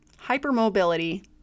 hypermobility